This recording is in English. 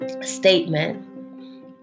Statement